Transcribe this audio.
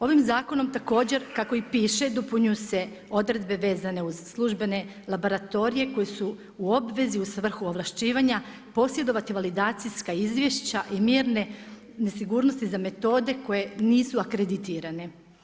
Ovim zakonom također kako i piše dopunjuju se odredbe vezane uz službene laboratorije koji su u obvezi u svrhu ovlašćivanja posjedovati validacijska izvješća i mjerne nesigurnosti za metode koje nisu akreditiranje.